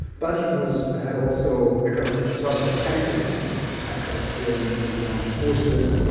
but he was had also kind of a conservative pedigree. he had experience in the armed forces.